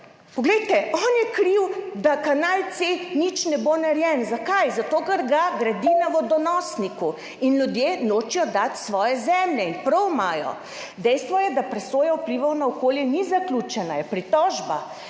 Poglejte, on je kriv da kanal C0 ne bo narejen. Zakaj? Zato ker ga gradi na vodonosniku in ljudje nočejo dati svoje zemlje. In prav imajo. Dejstvo je, da presoja vplivov na okolje ni zaključena, je pritožba.